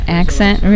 accent